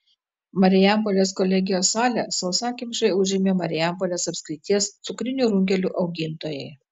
marijampolės kolegijos salę sausakimšai užėmė marijampolės apskrities cukrinių runkelių augintojai